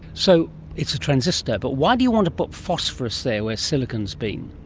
so it's a transistor, but why do you want to put phosphorous there where silicon has been?